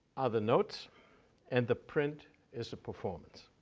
are the notes and the print is the performance.